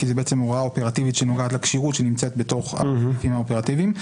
כי זו הוראה אופרטיבית שנוגעת לכשירות שנמצאת בתוך הפרקים האופרטיביים.